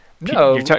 no